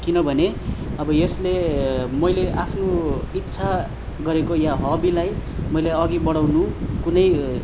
किनभने अब यसले मैले आफू इच्छा गरेको या हबिलाई मैले अघि बढाउनु कुनै